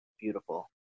beautiful